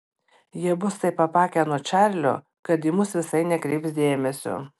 jie bus taip apakę nuo čarlio kad į mus visai nekreips dėmesio